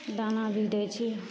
दाना भी दै छिए